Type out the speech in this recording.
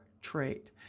trait